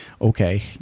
okay